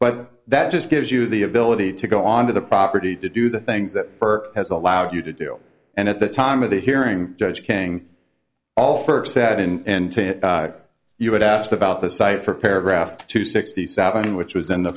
but that just gives you the ability to go onto the property to do the things that has allowed you to do and at the time of the hearing judge king all first said and to you had asked about the site for paragraph two sixty seven which was in the